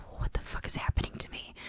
what the fuck is happening to?